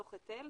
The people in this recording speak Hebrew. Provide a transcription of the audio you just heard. דוח היטל,